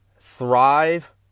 Thrive